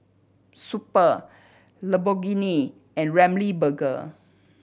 Super Lamborghini and Ramly Burger